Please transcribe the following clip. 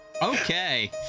okay